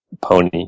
pony